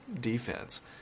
defense